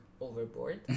overboard